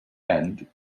and